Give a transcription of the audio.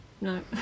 No